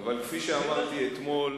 אבל כפי שאמרתי אתמול,